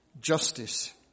justice